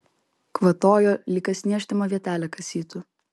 kvatojo lyg kas niežtimą vietelę kasytų